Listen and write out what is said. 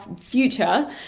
future